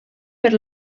per